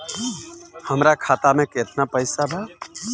हमरा खाता में केतना पइसा बा?